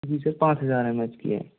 जी sir पाँच हजार M H की है